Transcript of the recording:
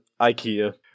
Ikea